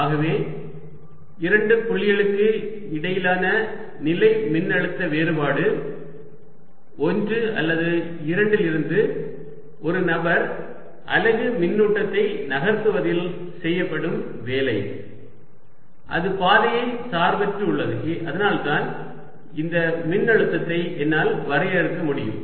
ஆகவே இரண்டு புள்ளிகளுக்கு இடையிலான நிலை மின்னழுத்த வேறுபாடு 1 அல்லது 2 லிருந்து ஒரு நபர் அலகு மின்னூட்டத்தை நகர்த்துவதில் செய்யப்படும் வேலை அது பாதையை சார்பற்று உள்ளது அதனால்தான் இந்த மின்னழுத்தத்தை என்னால் வரையறுக்க முடியும்